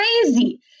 crazy